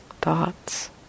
thoughts